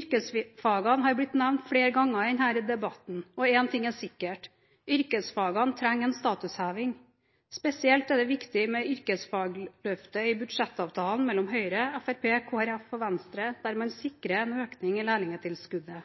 Yrkesfagene har blitt nevnt flere ganger i denne debatten, og én ting er sikkert – yrkesfagene trenger en statusheving. Spesielt er det viktig med yrkesfagløftet i budsjettavtalen mellom Høyre, Fremskrittspartiet, Kristelig Folkeparti og Venstre, der man sikrer en